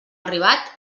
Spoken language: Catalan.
arribat